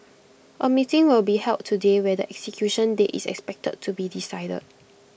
A meeting will be held today where their execution date is expected to be decided